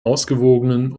ausgewogenen